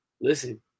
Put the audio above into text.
Listen